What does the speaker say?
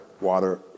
water